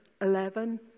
eleven